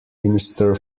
minister